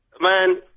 man